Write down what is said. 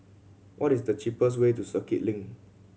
what is the cheapest way to Circuit Link